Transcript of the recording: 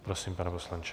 Prosím, pane poslanče.